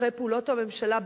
אחרי פעולות הממשלה,